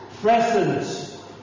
present